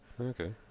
Okay